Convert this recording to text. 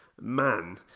man